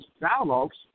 dialogues